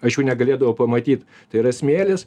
aš jų negalėdavau pamatyt tai yra smėlis